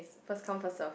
first come first serve